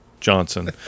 Johnson